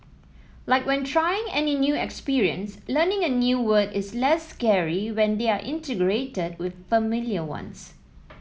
like when trying any new experience learning a new word is less scary when they are integrated with familiar ones